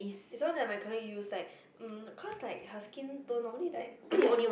is one that my colleague use like mm cause her skin tone normally like